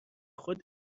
خود